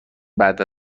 بعد